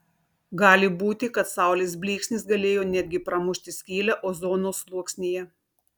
gali būti kad saulės blyksnis galėjo net gi pramušti skylę ozono sluoksnyje